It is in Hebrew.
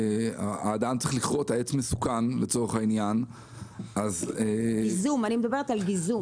האדם צריך לכרות כי העץ מסוכן --- אני מדברת על גיזום.